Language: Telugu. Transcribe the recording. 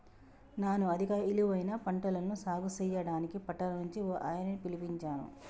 నాను అధిక ఇలువైన పంటలను సాగు సెయ్యడానికి పట్టణం నుంచి ఓ ఆయనని పిలిపించాను